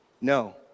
no